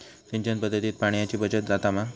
सिंचन पध्दतीत पाणयाची बचत जाता मा?